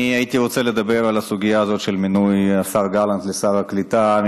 אני הייתי רוצה לדבר על הסוגיה הזאת של מינוי השר גלנט לשר הקליטה,